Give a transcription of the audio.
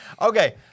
Okay